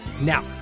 Now